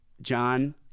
John